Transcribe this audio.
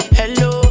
hello